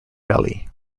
belly